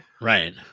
Right